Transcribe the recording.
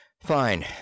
Fine